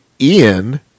Ian